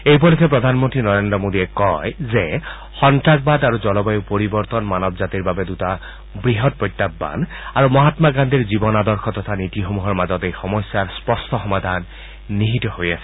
এই উপলক্ষে প্ৰধানমন্ত্ৰী নৰেন্দ্ৰ মোডীয়ে কয় যে সন্ত্ৰাসবাদ আৰু জলবায়ু পৰিৱৰ্তন মানৱ জাতিৰ বাবে দুটা বৃহৎ প্ৰত্যাহান আৰু মহামা গান্ধীৰ জীৱন আদৰ্শ আৰু নীতিসমূহৰ মাজত এই সমস্যাৰ স্পষ্ট সমাধান নিহিত হৈ আছে